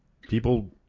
People